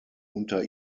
unter